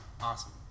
Awesome